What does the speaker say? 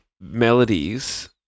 melodies